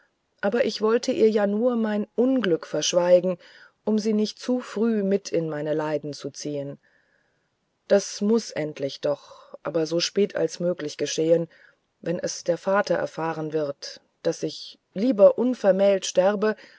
aber ich wollte ihr ja nur mein unglück verschweigen um sie nicht zu früh mit in mein leiden zu ziehen das muß endlich doch aber so spät als möglich geschehen wenn es der vater erfahren wird daß ich lieber unvermählt sterbe